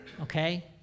okay